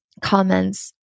comments